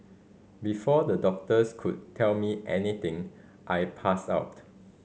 before the doctors could tell me anything I passed out